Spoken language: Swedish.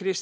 Vi